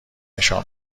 نشان